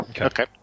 Okay